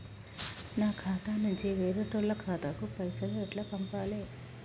నా ఖాతా నుంచి వేరేటోళ్ల ఖాతాకు పైసలు ఎట్ల పంపాలే?